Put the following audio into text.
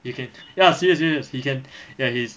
you can ya serious serious he can ya he's